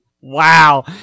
wow